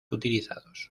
utilizados